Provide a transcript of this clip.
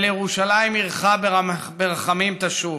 "ולירושלים עירך ברחמים תשוב".